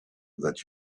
that